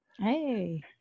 Hey